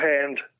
hand